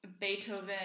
Beethoven